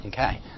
Okay